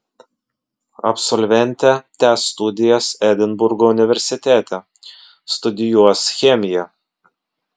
absolventė tęs studijas edinburgo universitete studijuos chemiją